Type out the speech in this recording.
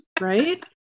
right